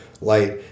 light